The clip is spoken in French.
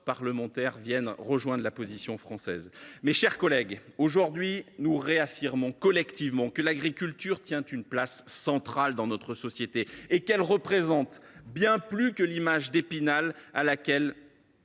parlementaires rejoignent la position française. Mes chers collègues, aujourd’hui, nous réaffirmons collectivement que l’agriculture tient une place centrale dans notre société et qu’elle représente bien plus que l’image d’Épinal à laquelle